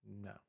no